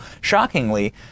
shockingly